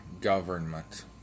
government